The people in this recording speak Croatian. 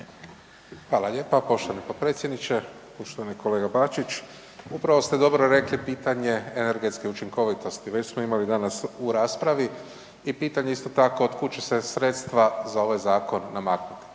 Hvala lijepa poštovani potpredsjedniče. Poštovani kolega Bačić, upravo ste dobro rekli pitanje energetske učinkovitosti. Već smo danas imali u raspravi i pitanje isto tako od kud će se sredstva za ovaj zakon namaknuti.